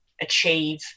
achieve